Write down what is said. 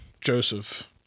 Joseph